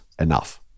enough